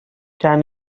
can